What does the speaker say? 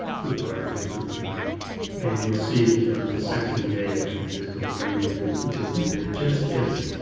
good part of it's pretty dry and you'll see that on the second day i can just go right into each of these and it just gets,